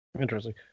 interesting